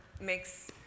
makes